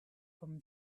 from